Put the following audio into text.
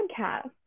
podcast